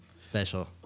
special